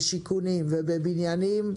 בשיכונים ובבניינים,